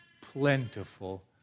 plentiful